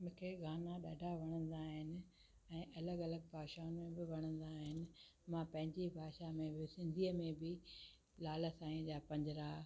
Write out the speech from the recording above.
मूंखे गाना ॾाढा वणंदा आहिनि ऐं अलॻि अलॻि भाषाउनि में बि वणंदा आहिनि मां पंहिंजी भाषा में बि सिंधीअ में बि लाल साईं जा पंजिड़ा